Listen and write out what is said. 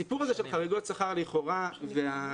הסיפור הזה של חריגות שכר לכאורה והסמכות